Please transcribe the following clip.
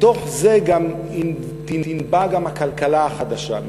מתוך זה תנבע גם הכלכלה החדשה,